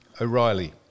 O'Reilly